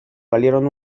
valieron